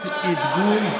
תודה, חבר הכנסת יואב בן צור.